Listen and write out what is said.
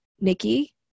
Nikki